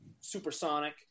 supersonic